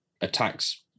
attacks